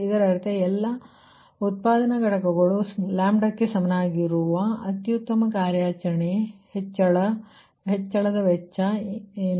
ಇದರರ್ಥ ನಿಮ್ಮ ಎಲ್ಲಾ ಉತ್ಪಾದನಾ ಘಟಕಗಳು ಕ್ಕೆ ಸಮಾನವಾಗಿರುವ ಅತ್ಯುತ್ತಮ ಕಾರ್ಯಾಚರಣೆಯ ಹೆಚ್ಚಳ ವೆಚ್ಚ ಏನು